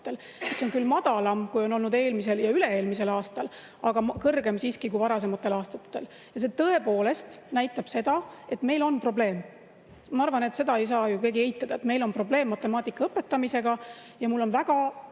See on küll madalam, kui on olnud eelmisel ja üle‑eelmisel aastal, aga siiski kõrgem, kui varasematel aastatel. See tõepoolest näitab seda, et meil on probleem. Ma arvan, et seda ei saa ju keegi eitada. Meil on probleem matemaatika õpetamisega ja mul on väga